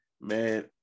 man